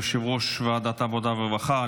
יושב-ראש ועדת העבודה והרווחה.